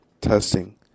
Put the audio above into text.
Testing